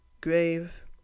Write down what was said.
grave